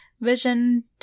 Vision